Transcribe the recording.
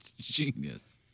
Genius